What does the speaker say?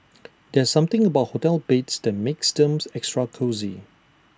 there's something about hotel beds that makes them extra cosy